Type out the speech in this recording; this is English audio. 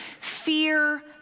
fear